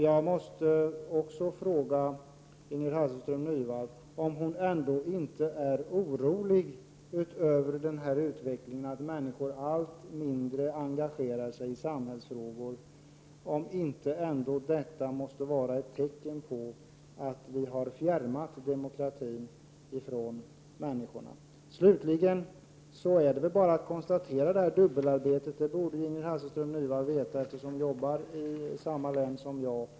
Jag måste också fråga Ingrid Hasselström Nyvall om hon ändå inte är orolig över den här utvecklingen som innebär att människor allt mindre engagerar sig i samhällsfrågor. Måste inte detta vara ett tecken på att vi har fjärmat den demokratiska processen från människorna? Slutligen är det väl bara att konstatera att det förekommer ett dubbelarbete. Det borde Ingrid Hasselström Nyvall känna till, eftersom hon är verksam i samma län som jag.